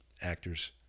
actors